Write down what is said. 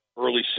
early